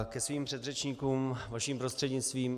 Ke svým předřečníkům vaším prostřednictvím.